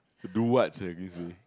do what